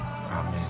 Amen